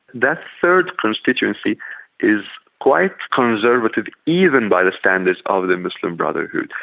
that third constituency is quite conservative even by the standards of the muslim brotherhood.